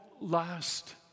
last